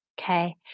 Okay